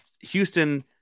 Houston